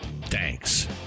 thanks